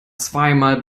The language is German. zweimal